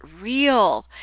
real